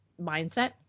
mindset